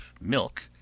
milk